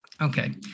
Okay